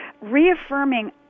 reaffirming